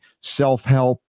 self-help